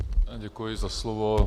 Děkuji za slovo.